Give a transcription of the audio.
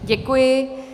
Děkuji.